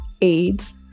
AIDS